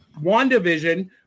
WandaVision